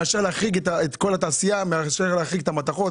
הוא להחריג את כל התעשייה במקום להחריג את המתכות,